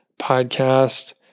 podcast